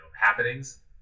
happenings